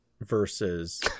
versus